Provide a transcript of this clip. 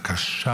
הקשה,